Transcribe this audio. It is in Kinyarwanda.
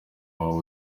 wawe